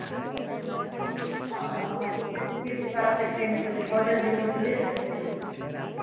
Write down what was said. आओ हम दूसरे को भी दिलवा सकतें है तुरे आर्डर भी तो ले सकते हैं